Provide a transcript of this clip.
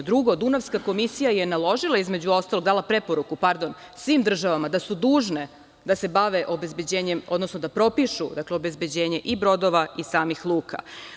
Drugo, Dunavska komisija je naložila, između ostalog, dala preporuku, pardon, svim državama da su dužne da se bave obezbeđenjem, odnosno da propišu obezbeđenje i brodova i samih luka.